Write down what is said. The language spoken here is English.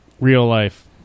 real-life